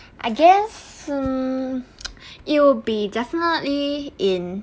I guess mm it'll be definitely in